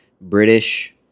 British